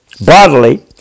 bodily